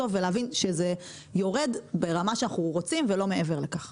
ולהבין שזה יורד ברמה שאנחנו רוצים ולא מעבר לכך.